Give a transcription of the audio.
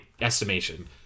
estimation